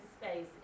space